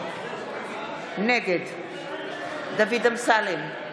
נגד דוד אמסלם,